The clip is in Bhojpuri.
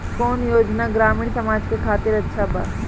कौन योजना ग्रामीण समाज के खातिर अच्छा बा?